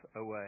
away